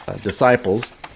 disciples